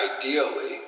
Ideally